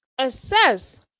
Assess